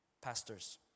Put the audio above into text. Pastors